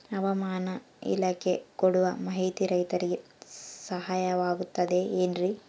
ಹವಮಾನ ಇಲಾಖೆ ಕೊಡುವ ಮಾಹಿತಿ ರೈತರಿಗೆ ಸಹಾಯವಾಗುತ್ತದೆ ಏನ್ರಿ?